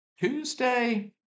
Tuesday